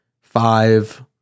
five